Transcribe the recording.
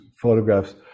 photographs